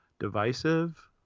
divisive